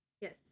Yes